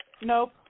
Nope